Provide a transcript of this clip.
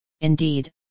indeed